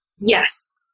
yes